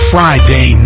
Friday